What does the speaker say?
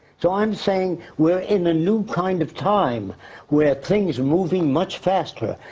so i'm saying, we're in a new kind of time where things moving much faster.